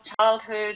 childhood